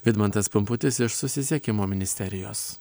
vidmantas pumputis iš susisiekimo ministerijos